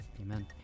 Amen